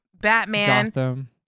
batman